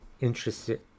interested